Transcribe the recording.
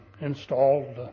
installed